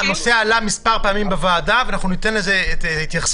הנושא עלה מספר פעמים בוועדה ואנחנו ניתן לזה התייחסות.